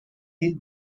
his